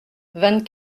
vingt